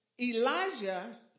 Elijah